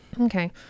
okay